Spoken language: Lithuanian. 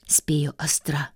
spėjo astra